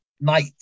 night